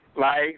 life